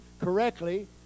correctly